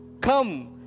come